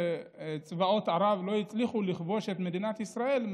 שצבאות ערב לא הצליחו לכבוש את מדינת ישראל,